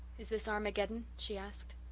is this armageddon? she asked.